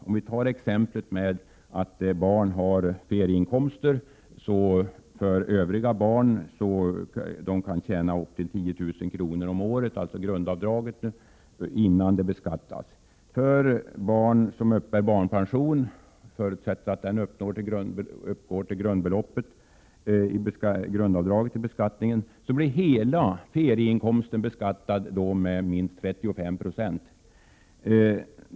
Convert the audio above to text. Jag kan ta exemplet med barn som har ferieinkomster. Övriga barn kan tjäna upp till 10 000 kr. om året, dvs. grundavdraget, innan inkomsten beskattas. För barn som uppbär barnpension — förutsatt att den uppgår till minst grundavdraget i beskattningen — blir hela ferieinkomsten beskattad med minst 35 96.